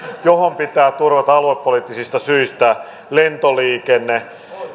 johon pitää turvata aluepoliittisista syistä lentoliikenne